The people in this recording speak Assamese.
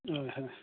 হয় হয়